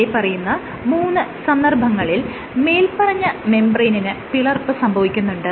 താഴെ പറയുന്ന മൂന്ന് സന്ദർഭങ്ങളിൽ മേല്പറഞ്ഞ മെംബ്രേയ്നിന് പിളർപ്പ് സംഭവിക്കുന്നുണ്ട്